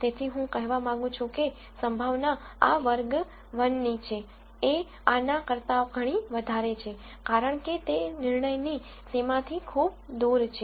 તેથી હું કહેવા માંગુ છું કે સંભાવના આ વર્ગ 1 ની છે એ આના કરતા ઘણી વધારે છે કારણ કે તે નિર્ણયની સીમાથી ખૂબ દૂર છે